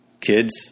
Kids